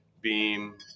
beam